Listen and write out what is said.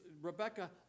Rebecca